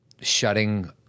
shutting